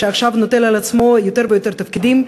שעכשיו נוטל על עצמו יותר ויותר תפקידים,